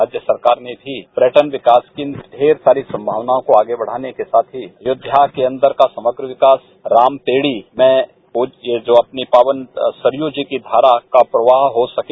राज्य सरकार ने भी पर्यटन विकास के लिए सारी संभावनायों को आगे बढ़ाने के साथ ही अयोध्या के अंदर का समग्र विकास राम पैसी में प्रण्य जो अपनी पावन सरयू की धारा का प्रवाह हो सके